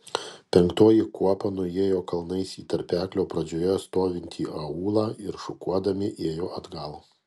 penktoji kuopa nuėjo kalnais į tarpeklio pradžioje stovintį aūlą ir šukuodami ėjo atgal